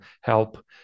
help